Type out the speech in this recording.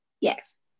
Yes